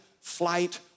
flight